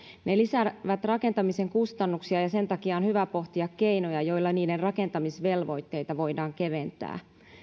ne lisäävät rakentamisen kustannuksia ja sen takia on hyvä pohtia keinoja joilla niiden rakentamisvelvoitteita voidaan keventää